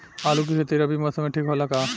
आलू के खेती रबी मौसम में ठीक होला का?